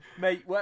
Mate